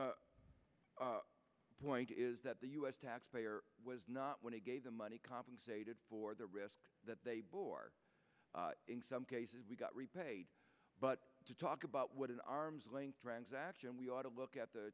point is that the u s taxpayer was not when it gave the money compensated for the risk that they bore in some cases we got repaid but to talk about what an arm's length transaction we ought to look at the